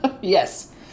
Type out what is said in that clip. Yes